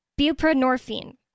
buprenorphine